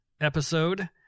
episode